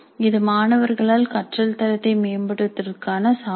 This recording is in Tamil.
இது மாணவர்களால் கற்றல் தரத்தை மேம்படுத்துவதற்கான சாரம்